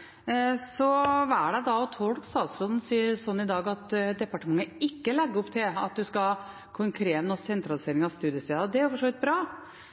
å tolke statsråden slik i dag at departementet ikke legger opp til at en skal kunne kreve en sentralisering av studiestedene, og det er for så vidt bra.